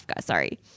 sorry